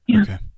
Okay